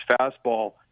fastball